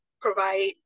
provide